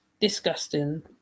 disgusting